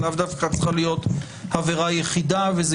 זו לאו דווקא צריכה להיות עבירה יחידה וזה